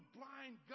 blind